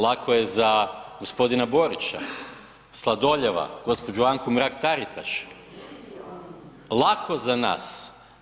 Lako je za gospodina Borića, Sladoljeva, gospođu Anku Mrak Taritaš, lako za nas.